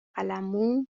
قلممو